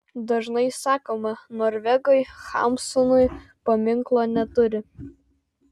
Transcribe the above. dažnai sakoma norvegai hamsunui paminklo neturi